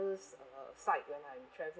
side when I'm travel~